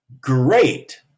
great